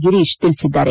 ಗಿರೀಶ್ ತಿಳಿಸಿದ್ದಾರೆ